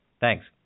Thanks